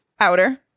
outer